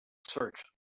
search